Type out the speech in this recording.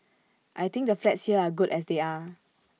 I think the flats here are good as they are